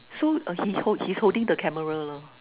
so uh he hold he's holding the camera lah